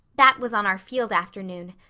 that was on our field afternoon.